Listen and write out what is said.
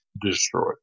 destroyed